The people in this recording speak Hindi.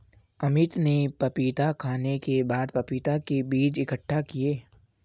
अमित ने पपीता खाने के बाद पपीता के बीज इकट्ठा किए